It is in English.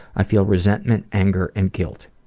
i feel resentment, anger, and guilt.